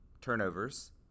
turnovers